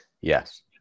Yes